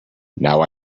now